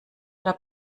oder